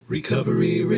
Recovery